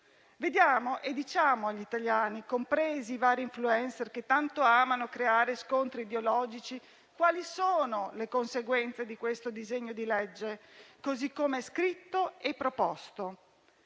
matrimonio. Diciamo agli italiani, compresi i vari *influencer* che tanto amano creare scontri ideologici, quali sono le conseguenze di questo disegno di legge così come scritto e proposto: